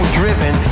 driven